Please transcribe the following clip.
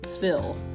fill